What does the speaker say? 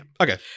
okay